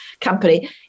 company